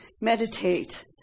meditate